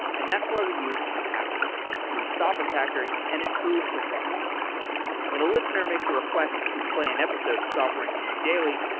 and that's why we use incapsula, to stop attackers and improve performance when a listener makes a request to play an episode of software engineering daily,